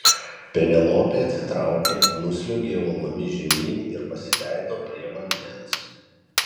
penelopė atsitraukė nusliuogė uolomis žemyn ir pasileido prie vandens